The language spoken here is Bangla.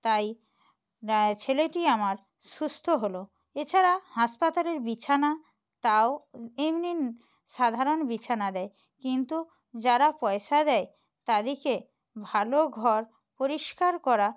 তাই না ছেলেটি আমার সুস্থ হলো এছাড়া হাসপাতালের বিছানা তাও এমনিন সাধারণ বিছানা দেয় কিন্তু যারা পয়সা দেয় তাদিকে ভালো ঘর পরিষ্কার করা